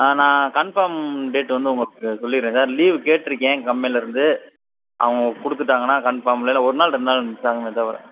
ஆ நான் confirm date வந்து உங்களுக்கு சொல்லிடுறேன் சார் லீவ் கேட்டிருக்கேன் கம்பெனிலேருந்து அவங்க கொடுத்துட்டாங்கன்னா கன்ஃபார்ம் இல்லைனா ஒரு நாள் ரெண்டு நாளில் மிஸ் ஆகுமே தவிர